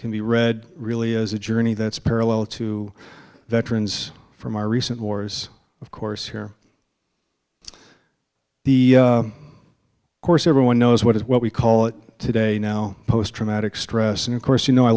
can be read really is a journey that's parallel to veterans from our recent wars of course here the course everyone knows what is what we call it today now post traumatic stress and of course you know i